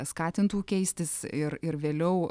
skatintų keistis ir ir vėliau